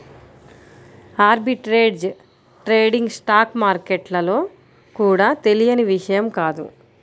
arbitrage trading stock మార్కెట్లలో కూడా తెలియని విషయం కాదు